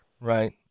right